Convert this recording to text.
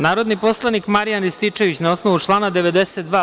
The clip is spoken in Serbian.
Narodni poslanik Marijan Rističević, na osnovu člana 92.